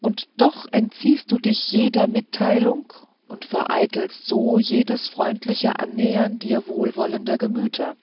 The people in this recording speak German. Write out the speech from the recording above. und doch entziehst du dich jeder mitteilung und vereitelst so jedes freundliche annähern dir wohlwollender gemüter